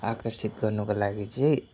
आकर्षित गर्नुको लागि चाहिँ